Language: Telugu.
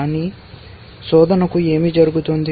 కానీ శోధనకు ఏమి జరుగుతుంది